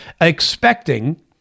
expecting